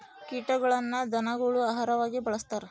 ಕೀಟಗಳನ್ನ ಧನಗುಳ ಆಹಾರವಾಗಿ ಬಳಸ್ತಾರ